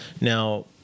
Now